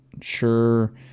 sure